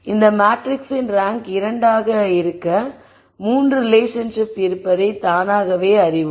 இந்த மேட்ரிக்ஸின் ரேங்க் 2 ஆக இருக்க 3 ரிலேஷன்ஷிப் இருப்பதை தானாகவே அறிவோம்